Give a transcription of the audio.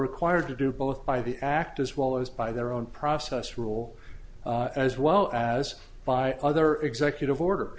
required to do both by the act as well as by their own process rule as well as by other executive order